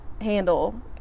handle